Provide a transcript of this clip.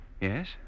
Yes